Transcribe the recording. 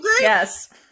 yes